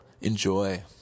Enjoy